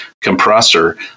compressor